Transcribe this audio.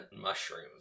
mushrooms